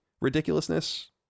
ridiculousness